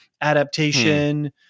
adaptation